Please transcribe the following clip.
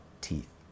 teeth